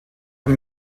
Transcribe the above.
amb